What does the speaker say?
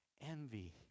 envy